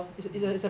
mm